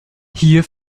hier